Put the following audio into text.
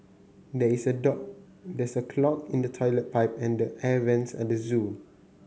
there is a dog there is a clog in the toilet pipe and air vents at the zoo